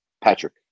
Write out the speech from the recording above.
Patrick